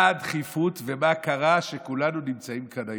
מה הדחיפות ומה קרה שכולנו נמצאים כאן היום?